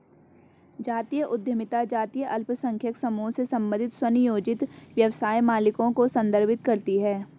जातीय उद्यमिता जातीय अल्पसंख्यक समूहों से संबंधित स्वनियोजित व्यवसाय मालिकों को संदर्भित करती है